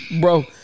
Bro